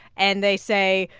and they say,